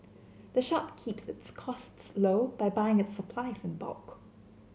the shop keeps its costs low by buying its supplies in bulk